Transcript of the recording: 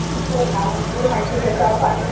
हो का मग एवढी माहिती त्याच्यावर पाठव